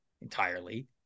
entirely